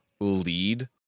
lead